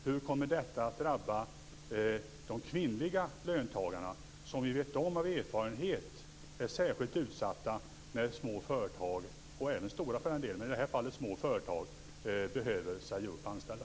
Hur kommer detta att drabba de kvinnliga löntagarna som vi av erfarenhet vet är särskilt utsatta när små företag behöver säga upp anställda?